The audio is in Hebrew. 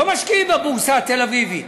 לא משקיעים בבורסה התל-אביבית,